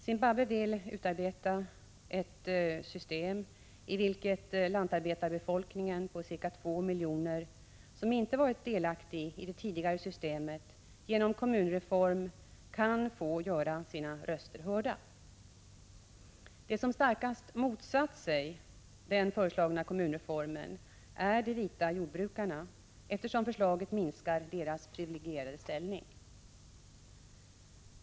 Zimbabwe vill utarbeta ett system i vilket lantarbetarbefolkningen på ca 2 miljoner, som inte varit delaktig i det tidigare systemet, genom en kommunreform kan få göra sina röster hörda. De som starkast motsatt sig den föreslagna kommunreformen är de vita jordbrukarna, eftersom förslaget minskar deras privilegierade ställning.